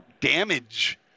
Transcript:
damage